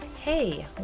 Hey